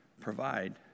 Provide